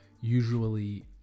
usually